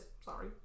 Sorry